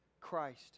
Christ